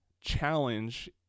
challenge